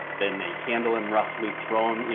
then they handle him roughly, throw him, you